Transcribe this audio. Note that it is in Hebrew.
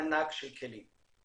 ענק של כלים.